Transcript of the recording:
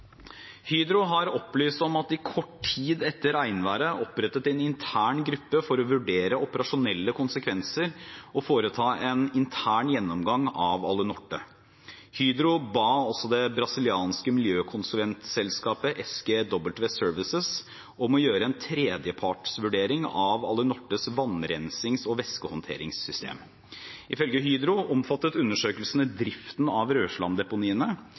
Hydro har opplyst om at de kort tid etter regnværet opprettet en intern gruppe for å vurdere operasjonelle konsekvenser og foreta en intern gjennomgang av Alunorte. Hydro ba også det brasilianske miljøkonsulentselskapet SGW Services om å gjøre en tredjepartsvurdering av Alunortes vannrensings- og væskehåndteringssystem. Ifølge Hydro omfattet undersøkelsene driften av